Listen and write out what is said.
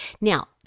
Now